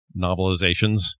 novelizations